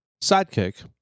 sidekick